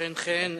חן-חן.